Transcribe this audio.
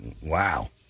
Wow